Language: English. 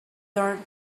turned